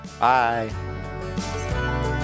Bye